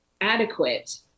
adequate